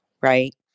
right